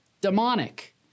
demonic